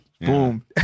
Boom